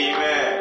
Amen